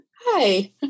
Hi